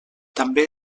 també